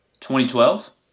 2012